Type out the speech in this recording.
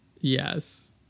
yes